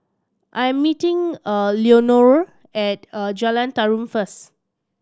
I'm meeting Leonore at Jalan Tarum first